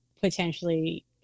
potentially